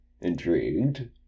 intrigued